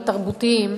התרבותיים,